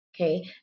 Okay